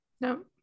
No